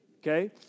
Okay